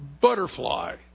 Butterfly